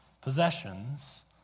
possessions